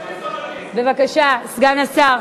שלא ישמיץ רבנים.